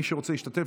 מי שרוצה להשתתף,